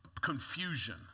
confusion